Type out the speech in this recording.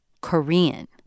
Korean